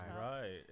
Right